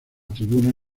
tribuna